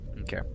Okay